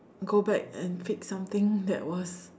go back and fix something that was